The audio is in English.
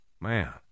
man